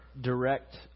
direct